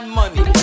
money